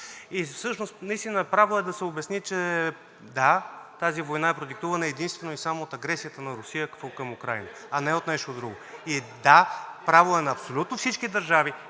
Всъщност наистина право е да се обясни, че – да, тази война е продиктувана единствено и само от агресията на Русия към Украйна, а не от нещо друго. И да, право е на абсолютно всички държави